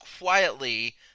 quietly